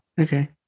Okay